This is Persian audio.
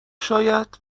شاید